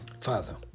father